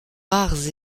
rares